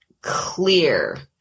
clear